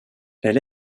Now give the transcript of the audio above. elle